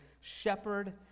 shepherd